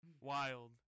Wild